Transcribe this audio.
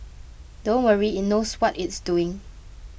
don't worry it knows what it's doing